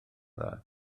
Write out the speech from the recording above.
dda